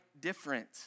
different